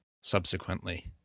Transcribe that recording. subsequently